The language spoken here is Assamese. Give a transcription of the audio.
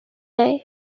নাই